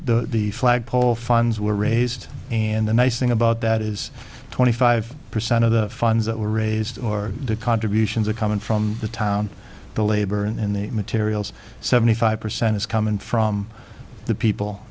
the the flagpole funds were raised and the nice thing about that is twenty five percent of the funds that were raised or the contributions are coming from the town the labor and the materials seventy five percent is coming from the people